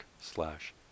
slash